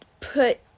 put